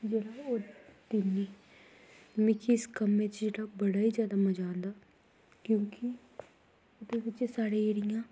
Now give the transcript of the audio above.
ओह् जेह्ड़ा ऐ में दिन्नी मिगी इस कम्म च जेह्ड़ा बड़ा ई जैदा मजा आंदा क्योंकि ओह्दे बिच्च साढ़ियां